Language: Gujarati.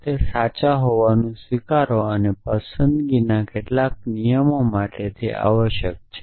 તમે જાણો છો કે ફક્ત તે સાચા હોવાનું સ્વીકારો અને પસંદગીના કેટલાક નિયમો માટે તે આવશ્યક છે